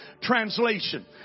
Translation